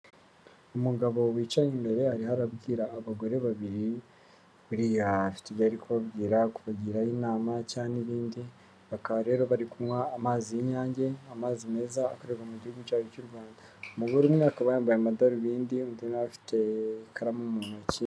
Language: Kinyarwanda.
Umugabo wicaye imbere ariho arabwira abagore babiri buriya afite ibyo ari kubabwira, kubagira inama cyangwa ibindi, bakaba rero bari kunywa amazi y'Inyange amazi meza akorerwa mu gihugu cyacu cy'u Rwanda, umugore umwe akaba yambaye amadarubindi, undi nawe afite ikaramu mu ntoki.